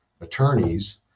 attorneys